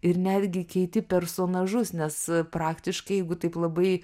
ir netgi keiti personažus nes praktiškai jeigu taip labai